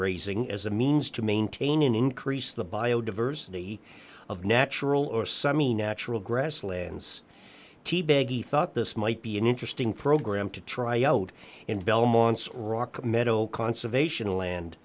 grazing as a means to maintain and increase the biodiversity of natural or semi natural grasslands teabag thought this might be an interesting program to try out in belmont rock metal conservation land